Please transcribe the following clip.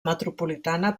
metropolitana